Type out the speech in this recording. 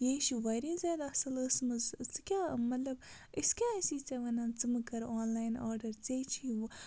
یے چھُ واریاہ زیادٕ اَصٕل ٲسمٕژ ژٕ کیٛاہ مطلب أسۍ کیٛاہ ٲسی ژےٚ وَنان ژٕ مہٕ کَرٕ آنلایَن آرڈَر ژےٚ چھِ یہِ